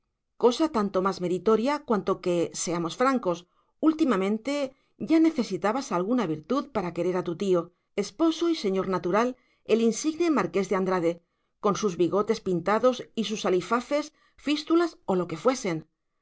cosa tanto más meritoria cuanto que seamos francos últimamente ya necesitabas alguna virtud para querer a tu tío esposo y señor natural el insigne marqués de andrade con sus bigotes pintados y sus alifafes fístulas o lo que fuesen